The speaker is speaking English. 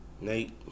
Nate